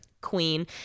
Queen